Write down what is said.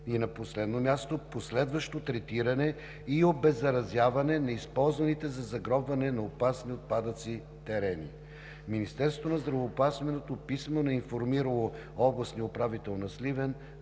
към него; - последващо третиране и обеззаразяване на използваните за загробване на опасни отпадъци терени. Министерството на здравеопазването писмено е информирало областния управител на Сливен